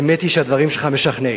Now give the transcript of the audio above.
האמת היא שהדברים שלך משכנעים,